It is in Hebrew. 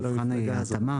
מבחן ההתאמה,